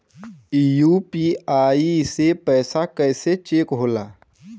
UPI से पैसा कैसे चेक होला?